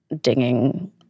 dinging